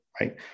right